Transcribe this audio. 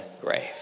grave